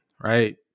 right